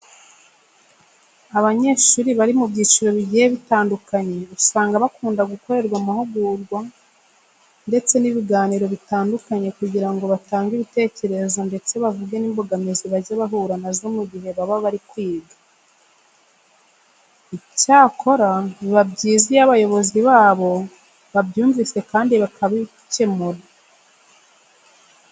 Abanyeshuri bari mu byiciro bigiye bitandukanye usanga bakunda gukorerwa amahugurwa ndetse n'ibiganiro bitandukanye kugira ngo batange ibitekerezo ndetse bavuge n'imbogamizi bajya bahura na zo mu gihe baba bari kwiga. Icyakora biba byiza iyo abayobozi babo babyumvise kandi bakabikemura.